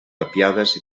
tapiades